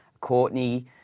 Courtney